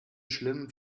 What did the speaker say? schlimm